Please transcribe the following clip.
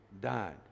died